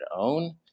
own